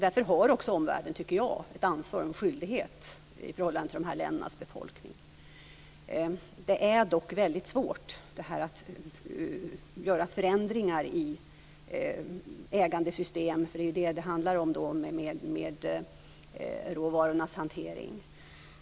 Därför har också omvärlden, tycker jag, ett ansvar och en skyldighet i förhållande till de här ländernas befolkning. Det är dock väldigt svårt, det här att göra förändringar i ägandesystem. Det är ju vad det handlar om, detta med råvarornas hantering.